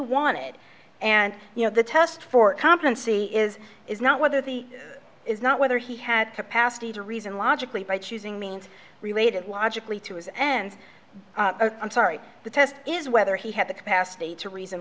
wanted and you know the test for competency is is not whether the is not whether he had capacity to reason logically by choosing means related logically to his ends i'm sorry the test is whether he had the capacity to reason